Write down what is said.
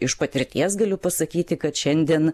iš patirties galiu pasakyti kad šiandien